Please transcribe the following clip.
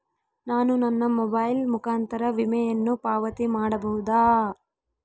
ನಾನು ನನ್ನ ಮೊಬೈಲ್ ಮುಖಾಂತರ ವಿಮೆಯನ್ನು ಪಾವತಿ ಮಾಡಬಹುದಾ?